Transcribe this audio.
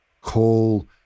call